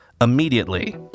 immediately